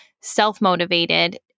self-motivated